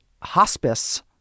hospice